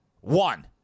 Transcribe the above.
One